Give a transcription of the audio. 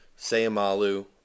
Sayamalu